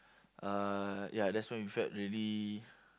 uh ya that's when we felt really